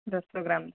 ଦଶ ଗ୍ରାମ